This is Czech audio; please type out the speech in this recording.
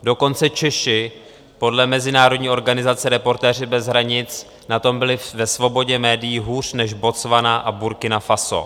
Dokonce Češi podle mezinárodní organizace Reportéři bez hranic na tom byli ve svobodě médií hůř než Botswana a Burkina Faso.